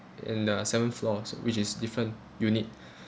in the seventh floors which is different unit